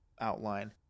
outline